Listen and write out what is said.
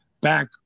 back